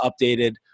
updated